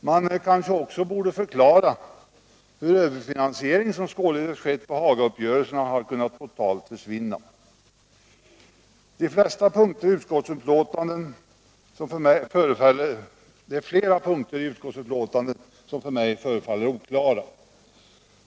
Man borde kanske också förklara hur överfinansieringen, som skett genom Hagauppgörelserna, har kunnat försvinna totalt. Det är flera punkter i utskottsbetänkandet som för mig förefaller oklara.